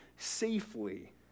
safely